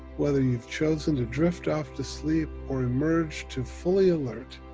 whether you've chosen to drift off to sleep or emerge to fully alert,